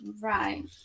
Right